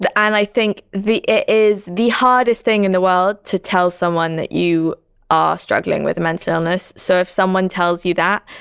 i like think the, it is the hardest thing in the world to tell someone that you are struggling with a mental illness. so if someone tells you that,